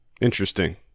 interesting